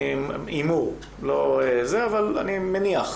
הימור, אבל אני מניח.